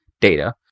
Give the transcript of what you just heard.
data